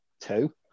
two